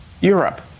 Europe